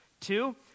Two